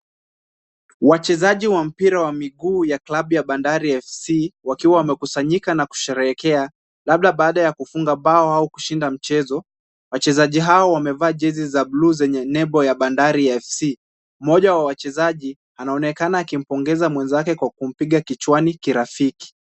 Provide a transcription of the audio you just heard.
Wachezaji wa mpira wa miguu ya klabu ya Bandari FC, wakiwa wamekusanyika na kusherekea, labda baada ya kufunga bao au kushinda mchezo, wachezaji hao wamevaa jezi za buluu zenye nembo ya Bandari FC. Mmoja wa wachezaji anaonekana akimpongeza mwenzake kwa kumpiga kichwani kirafiki.